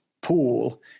pool